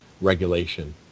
regulation